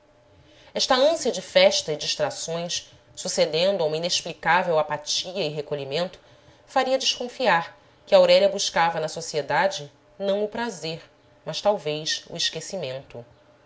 esta ânsia de festa e distrações sucedendo a uma inexplicável apatia e recolhimento faria desconfiar que aurélia buscava na sociedade não o prazer mas talvez o esquecimento